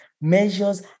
measures